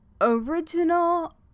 original